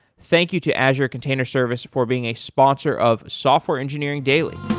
thank you to azure container service for being a sponsor of software engineering daily.